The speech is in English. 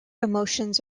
emotions